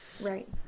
right